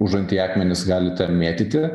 užanty akmenis gali ten mėtyti